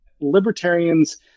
libertarians